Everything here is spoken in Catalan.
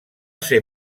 ser